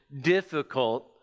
difficult